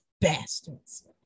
Bastards